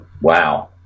wow